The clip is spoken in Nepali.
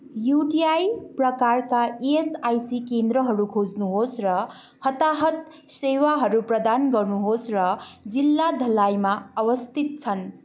युटिआई प्रकारका इएसआइसी केन्द्रहरू खोज्नुहोस् र हताहत सेवाहरू प्रदान गर्नुहोस् र जिल्ला धलाईमा अवस्थित छन्